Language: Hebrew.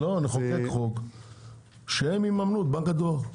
נחוקק חוק שהם ברווחים שלהם יממנו את בנק הדואר.